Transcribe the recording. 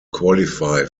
qualify